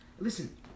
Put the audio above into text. Listen